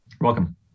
Welcome